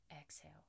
exhale